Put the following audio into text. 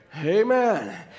Amen